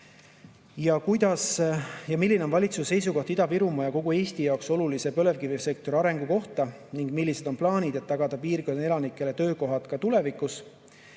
"Milline on valitsuse seisukoht Ida-Virumaa ja kogu Eesti jaoks olulise põlevkivisektori arengu kohta ning millised on plaanid, et tagada piirkondade elanikele töökohad ka tulevikus?"